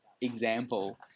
example